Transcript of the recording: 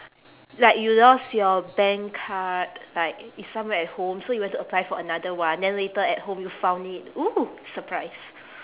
like you lost your bank card like it's somewhere at home so you went to apply for another one then later at home you found it oo surprise